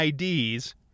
IDs